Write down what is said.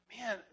Man